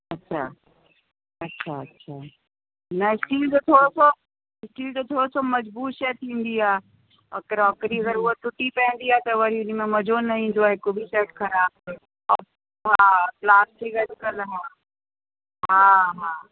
अच्छा अच्छा अच्छा न स्टील जो थोरोसो स्टील जो थोरोसो मज़बूत शइ थींदी आहे ऐं क्रोकरी अगरि हूअ टुटी पवंदी आहे त वरी हिन में मज़ो न ईंदो आहे हिक बि सेट ख़राबु हा प्लास्टिक अॼुकल्ह हा हा हा